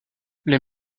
les